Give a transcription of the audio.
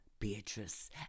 Beatrice